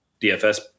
DFS